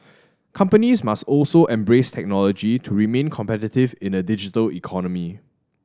companies must also embrace technology to remain competitive in a digital economy